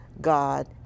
God